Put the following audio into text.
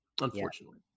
unfortunately